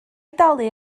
dalu